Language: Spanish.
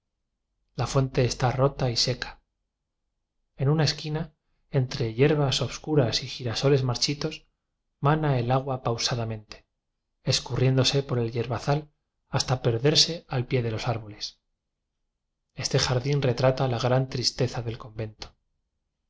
la fuente está rota y seca en una esquina entre hierbas obscuras y girasoles marchitos mana el agua pausadamente escurriéndose por el yerbazal hasta perderse al pie de los árboles este jardín retrata la gran tristeza del convento